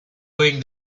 doing